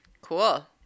Cool